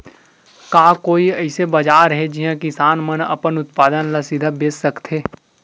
का कोई अइसे बाजार हे जिहां किसान मन अपन उत्पादन ला सीधा बेच सकथे?